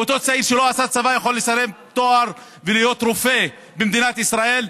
ואותו צעיר שלא עשה צבא יכול לסיים תואר ולהיות רופא במדינת ישראל,